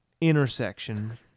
intersection